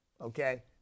okay